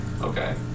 Okay